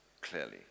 clearly